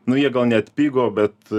nu jie gal neatpigo bet